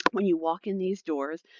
when you walk in these doors,